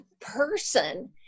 person